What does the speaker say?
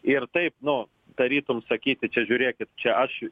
ir taip nu tarytum sakyti čia žiūrėkit čia aš